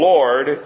Lord